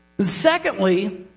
Secondly